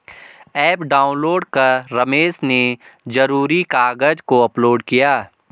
app download कर रमेश ने ज़रूरी कागज़ को अपलोड किया